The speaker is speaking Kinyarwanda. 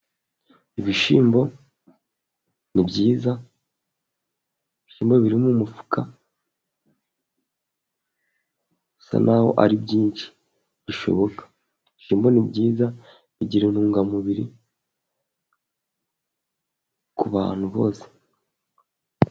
Ibishyimbo ni byiza, ibishimbo biri m'umufuka bisa naho ari byinshi bishoboka, ibishyimbo ni byiza bigira intungamubiri kubantu bose.